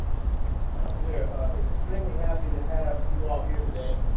we are extremely happy to have you all here today.